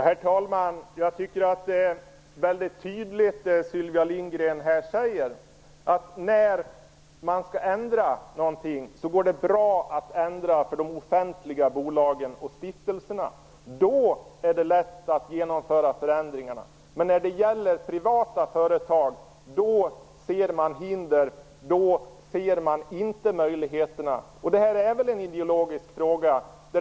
Herr talman! Sylvia Lindgren säger väldigt tydligt att när man skall ändra någonting går det bra att ändra för de offentliga bolagen och stiftelserna. Då är det lätt att genomföra förändringar. Men när det gäller privata företag ser man hinder. Då ser man inte möjligheterna. Detta är en ideologisk fråga.